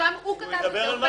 הוא כתב את זה,